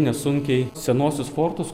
nesunkiai senuosius fortus